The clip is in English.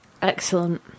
Excellent